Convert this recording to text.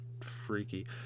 freaky